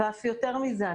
יותר מזה,